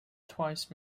twice